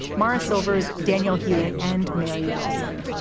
mara silvers, daniel hewitt and mary wilson.